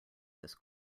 this